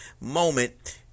moment